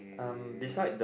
um beside the